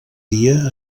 dia